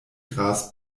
gras